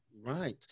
Right